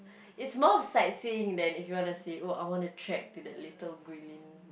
it's more sightseeing than if you want to say oh I want to trek to the little Guilin